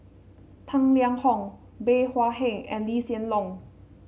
Tang Liang Hong Bey Hua Heng and Lee Hsien Loong